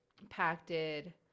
impacted